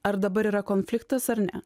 ar dabar yra konfliktas ar ne